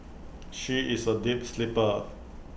she is A deep sleeper